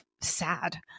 sad